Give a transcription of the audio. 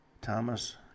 Thomas